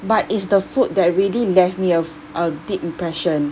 but it's the food that really left me a f~ deep impression